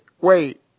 Wait